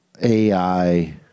AI